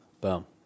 Boom